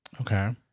Okay